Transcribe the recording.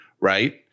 right